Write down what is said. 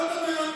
למה אתה מרמה?